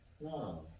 No